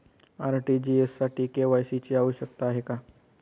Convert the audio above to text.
RTGS साठी KYC ची आवश्यकता आहे का?